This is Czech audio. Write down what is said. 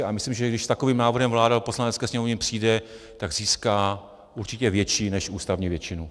A myslím, že když s takovým návrhem vláda do Poslanecké sněmovny přijde, tak získá určitě větší než ústavní většinu.